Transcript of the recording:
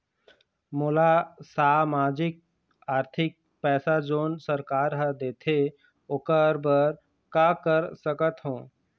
मोला सामाजिक आरथिक पैसा जोन सरकार हर देथे ओकर बर का कर सकत हो?